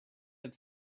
have